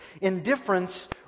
Indifference